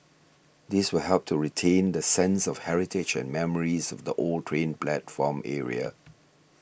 this will help to retain the sense of heritage and memories of the old train platform area